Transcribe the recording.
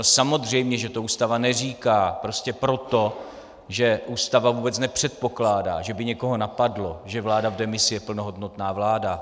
Samozřejmě že to Ústava neříká, prostě proto, že Ústava vůbec nepředpokládá, že by někoho napadlo, že vláda v demisi je plnohodnotná vláda.